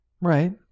right